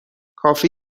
کافی